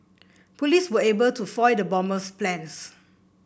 police were able to foil the bomber's plans